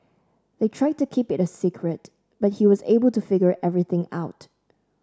they tried to keep it a secret but he was able to figure everything out